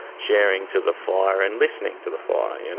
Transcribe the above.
sharing to the fire and listening to the fire, ah and